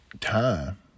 Time